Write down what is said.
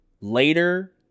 later